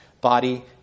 body